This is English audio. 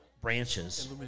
branches